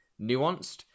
nuanced